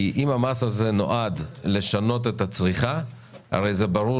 כי אם המס הזה נועד לשנות את הצריכה הרי ברור